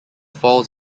falls